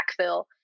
backfill